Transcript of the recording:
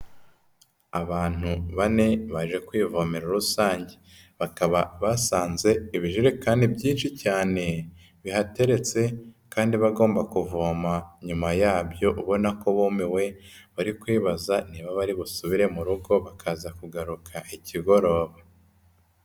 Abantu bane baje ku ivomero rusange, bakaba basanze ibijerekani byinshi cyane bihateretse kandi bagomba kuvoma nyuma yabyo ubona ko bumiwe, bari kwibaza niba bari busubire mu rugo bakaza kugaruka ikigoroba.